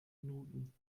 minuten